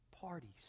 parties